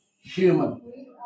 human